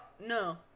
No